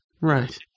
right